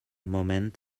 moment